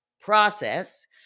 process